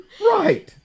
Right